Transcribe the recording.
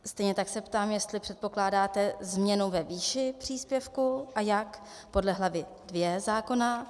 Stejně tak se ptám, jestli předpokládáte změnu ve výši příspěvku a jak podle hlavy II zákona.